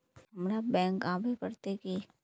हमरा बैंक आवे पड़ते की?